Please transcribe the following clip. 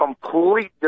complete